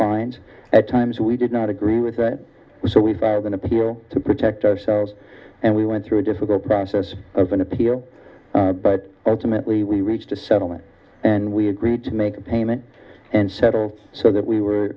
find at times we did not agree with it so we filed an appeal to protect ourselves and we went through a difficult process of an appeal but ultimately we reached a settlement and we agreed to make a payment and settle so that we were